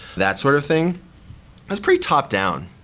that sort of thing is pretty top-down.